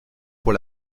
pour